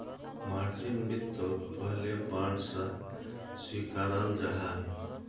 margin वित्तोक पहले bond सा स्विकाराल जाहा